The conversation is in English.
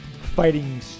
fighting